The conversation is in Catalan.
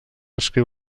escriu